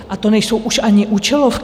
A to nejsou už ani účelovky.